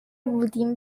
بودیم